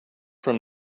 from